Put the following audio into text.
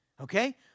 Okay